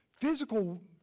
Physical